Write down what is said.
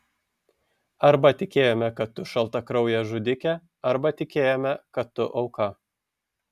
arba tikėjome kad tu šaltakraujė žudikė arba tikėjome kad tu auka